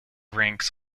ranks